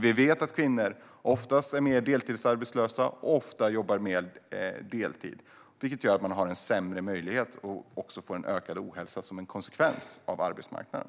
Vi vet att kvinnor oftare är deltidsarbetslösa och oftare arbetar deltid, vilket gör att deras möjligheter försämras och att de får ökad ohälsa som en konsekvens av hur det ser ut på arbetsmarknaden.